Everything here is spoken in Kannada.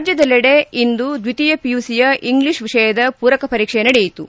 ರಾಜ್ಯದಲ್ಲೆಡೆ ಇಂದು ದ್ವಿತೀಯ ಪಿಯುಸಿಯ ಇಂಗ್ಲೀಷ್ ವಿಷಯದ ಪೂರಕ ಪರೀಕ್ಷೆ ನಡೆಯಿತು